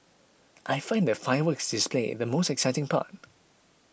I find the fireworks display the most exciting part